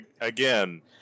Again